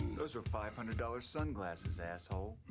those were five hundred dollars sunglasses, asshole.